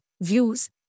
views